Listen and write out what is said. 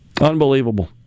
Unbelievable